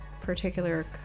particular